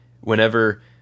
whenever